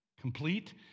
complete